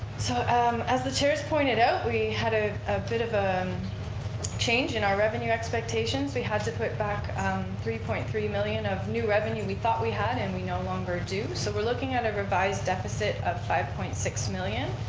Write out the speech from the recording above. so um as the chair's pointed out, we had a ah bit of a um change in our revenue expectations. we had to put back um three point three million of new revenue we thought we had and we no longer do so we're looking at a revised deficit of five point six million.